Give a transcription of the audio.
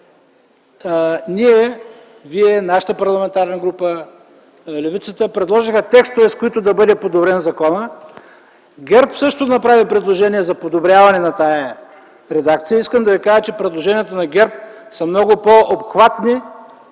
Ние, Вие, нашата парламентарна група, левицата предложиха текстове, с които да бъде подобрен законът. ГЕРБ също направи предложения за подобряване на тая редакция. Искам да Ви кажа, че предложенията на ГЕРБ са много по-обхватни,